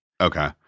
Okay